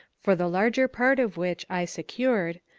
for the larger part of which i secured,